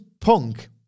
punk